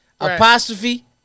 apostrophe